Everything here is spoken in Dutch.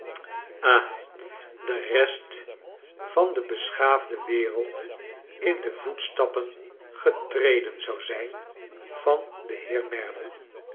de rest van de beschaafde wereld in de voetstappen getreden zou zijn van den heer merdle